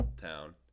town